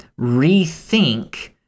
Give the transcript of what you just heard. rethink